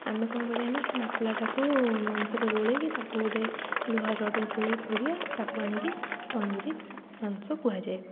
ଆମେ କ'ଣ କରିବା ନା ସେ ମସଲାଟାକୁ ମାଂସରେ ଗୋଳେଇକି ଟାକୁ ଗୋଟେ ଲୁହା ରଡ଼୍ରେ ପୁରେଇକି ପୋଡ଼ିବା ତାକୁ ଆଣିକି ତନ୍ଦୁରୀ ମାଂସ କୁହାଯାଏ